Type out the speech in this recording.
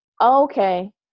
okay